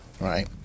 Right